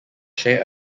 share